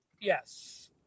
Yes